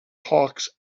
hawks